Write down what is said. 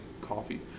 coffee